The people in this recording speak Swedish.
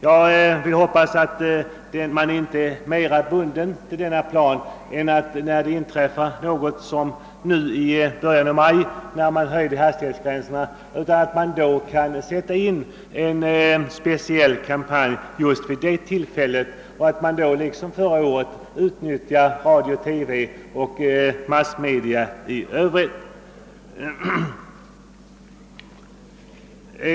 Jag vill hoppas att man inte är mera bunden till denna plan än att man när det inträffar något — exem: pelvis som nu i början av maj, då hastighetsgränserna höjdes — kan sätta in en speciell kampanj och att man då, liksom man gjorde förra året, utnyttjar radio, TV och massmedia i övrigt.